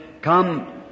come